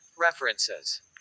References